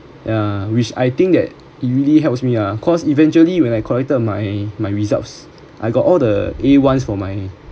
yeah which I think that it really helps me ah because eventually when I collected my my results I got all the A ones for my